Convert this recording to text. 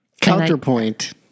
Counterpoint